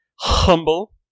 humble